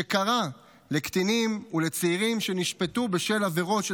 שקרא לקטינים ולצעירים שנשפטו בשל עבירות של